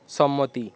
সম্মতি